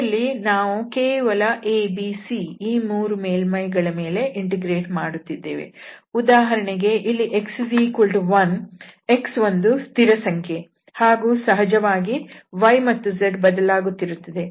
ಕೊನೆಯಲ್ಲಿ ನಾವು ಕೇವಲ ABC ಈ ಮೂರು ಮೇಲ್ಮೈಗಳ ಮೇಲೆ ಇಂಟಿಗ್ರೇಟ್ ಮಾಡುತ್ತಿದ್ದೇವೆ ಉದಾಹರಣೆಗೆ ಇಲ್ಲಿ x1 x ಒಂದು ಸ್ಥಿರಸಂಖ್ಯೆ ಹಾಗೂ ಸಹಜವಾಗಿ y ಮತ್ತುz ಬದಲಾಗುತ್ತಿರುತ್ತದೆ